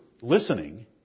listening